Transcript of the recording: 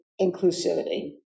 inclusivity